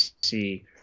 see